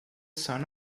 son